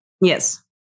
Yes